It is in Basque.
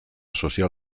sozial